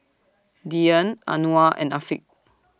Dian Anuar and Afiq